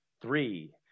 three